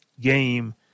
game